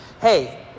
hey